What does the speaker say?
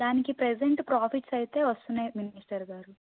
దానికి present profits అయితే వస్తున్నాయి మినిస్టర్ గారు